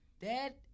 Dad